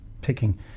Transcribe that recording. picking